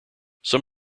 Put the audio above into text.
some